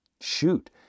shoot